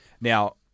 Now